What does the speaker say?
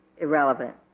Irrelevant